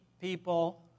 people